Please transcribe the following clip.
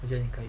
you can try